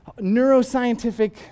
neuroscientific